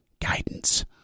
guidance